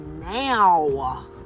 now